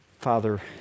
Father